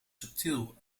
subtiel